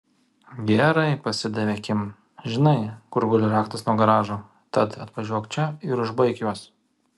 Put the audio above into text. gerai pasidavė kim žinai kur guli raktas nuo garažo tad atvažiuok čia ir užbaik juos